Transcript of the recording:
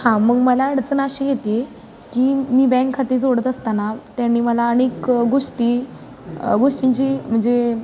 हां मग मला अडचण अशी येते की मी बँक खाते जोडत असताना त्यांनी मला अनेक गोष्टी गोष्टींची म्हणजे